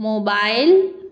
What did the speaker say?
mobile